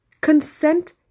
Consent